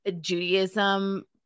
Judaism